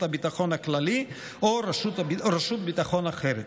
הביטחון הכללי או רשות ביטחון אחרת.